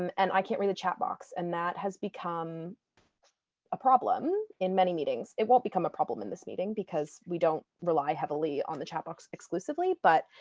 and and i can't read the chat box, and that has become a problem in many meetings. it won't become a problem in this meeting because we don't rely heavily on the chat box exclusively, but